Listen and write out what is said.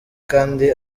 kandi